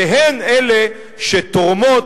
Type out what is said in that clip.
והן אלה שתורמות,